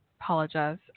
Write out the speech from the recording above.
apologize